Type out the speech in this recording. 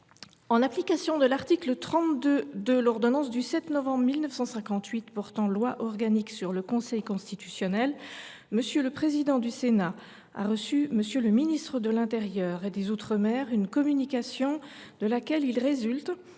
En application de l’article 32 de l’ordonnance n° 58 1067 du 7 novembre 1958 portant loi organique sur le Conseil constitutionnel, M. le président du Sénat a reçu de M. le ministre de l’intérieur et des outre mer une communication de laquelle il résulte